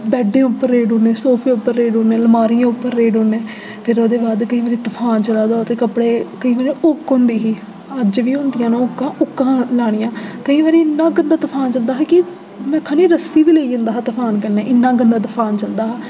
बैड्डै उप्पर रेड़ी ओड़ने सोफे उप्पर रेड़ी ओड़ने लमारी उप्पर रेड़ी ओड़ने फिर ओह्दे बाद केईं बारी तफान चला दे होऐ ते कपड़े केह् होंदा न हुक्क होंदी ही अज्ज बी होंदियां न हुक्कां हुक्कां लानियां केईं बारी इन्ना गंदा तफान चलदा हा की खाल्ली रस्सी बी लेई जंदा हा तफान कन्नै इन्ना गंदा तफान चलदा हा